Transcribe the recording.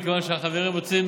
מכיוון שהחברים רוצים